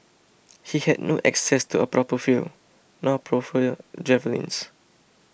he had no access to a proper field nor proper javelins